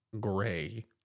gray